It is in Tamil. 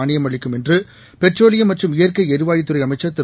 மாளியம் அளிக்கும் என்று பெட்ரோலியம் மற்றும் இயற்கை எரிவாயுத்துறை அமைச்சர் திரு